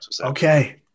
okay